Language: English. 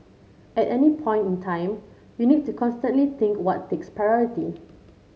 at any point in time you need to constantly think what takes priority